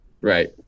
Right